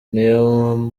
niyo